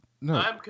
no